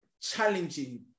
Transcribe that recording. challenging